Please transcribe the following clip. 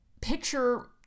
picture